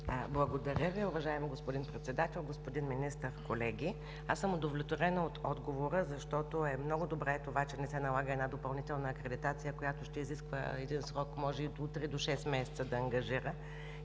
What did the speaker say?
Благодаря Ви, уважаеми господин Председател. Господин Министър, колеги, удовлетворена съм от отговора, защото е много добре това, че не се налага допълнителна акредитация, която ще изисква един срок може от утре и до шест месеца да ангажира,